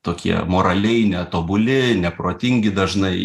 tokie moraliai netobuli neprotingi dažnai